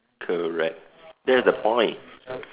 correct that's the point